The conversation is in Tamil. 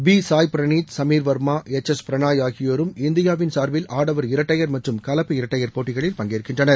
B Sai Praneeth Sameer Verma H S Prannoy ஆகியோரும் இந்தியாவின் சார்பில் ஆடவர் இரட்டையர் மற்றும் கலப்பு இரட்டையர் போட்டிகளில் பங்கேற்கின்றனர்